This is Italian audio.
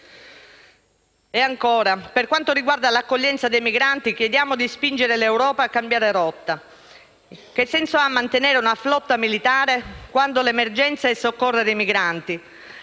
Presidente, per quanto riguarda l'accoglienza dei migranti chiediamo di spingere l'Europa a cambiare rotta: che senso ha mantenere una flotta militare, quando l'emergenza è soccorre i migranti?